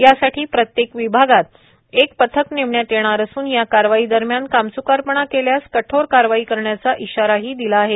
यासाठी प्रत्येक विभागात एक पथक नेमण्यात येणार असुन या कारवाई दरम्यान कामच्कारपणा केल्यास कठोर कारवाई करण्याचा इशाराही दिला आहे